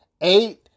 eight